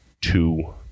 two